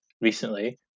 recently